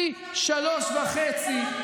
תספר לבאר שבע למה לוקחים לה 4 מיליון.